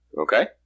Okay